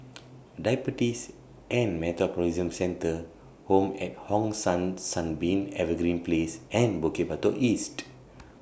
Diabetes and Metabolism Centre Home At Hong San Sunbeam Evergreen Place and Bukit Batok East